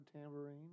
tambourine